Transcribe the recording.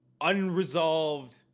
unresolved